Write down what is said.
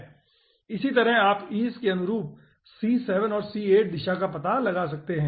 इसी तरह आप e's के अनुरूप c 7 और c 8 दिशा का पता लगा सकते हैं